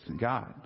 God